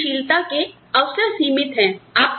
ऊपरी गतिशीलता के अवसर सीमित हैं